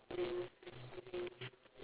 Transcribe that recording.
then only got strawberries and carrots